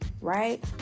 right